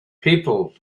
people